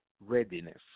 readiness